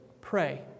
Pray